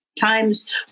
Time's